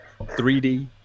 3D